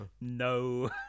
No